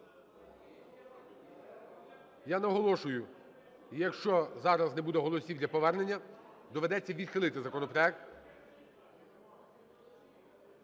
Я наголошую, якщо зараз не буде голосів для повернення, доведеться відхилити законопроект.